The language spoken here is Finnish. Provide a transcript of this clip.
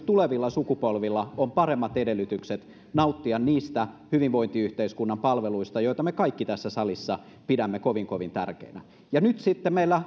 tulevilla sukupolvilla on paremmat edellytykset nauttia niistä hyvinvointiyhteiskunnan palveluista joita me kaikki tässä salissa pidämme kovin kovin tärkeinä ja nyt sitten meillä